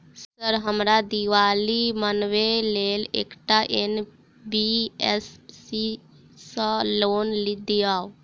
Sir हमरा दिवाली मनावे लेल एकटा एन.बी.एफ.सी सऽ लोन दिअउ?